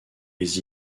les